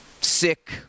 sick